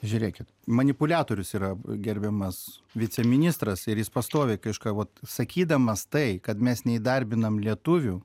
žiūrėkit manipuliatorius yra gerbiamas viceministras ir jis pastoviai kažką vat sakydamas tai kad mes neįdarbinam lietuvių